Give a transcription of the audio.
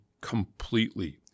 completely